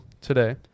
today